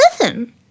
listen